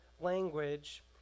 language